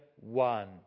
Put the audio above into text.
one